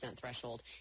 threshold